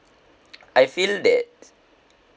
I feel that